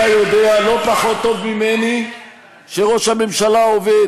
אתה יודע לא פחות טוב ממני שראש הממשלה עובד